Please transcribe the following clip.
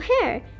hair